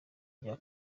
vya